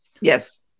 Yes